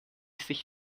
sich